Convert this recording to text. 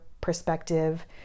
perspective